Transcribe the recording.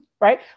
right